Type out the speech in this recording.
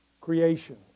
creation